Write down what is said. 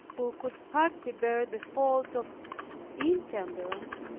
who could hardly bear the fault of intemperance,